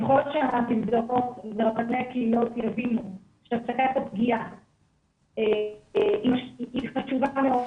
כל שרבני הקהילות יבינו שהצגת הפגיעה היא חשובה מאוד